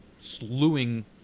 slewing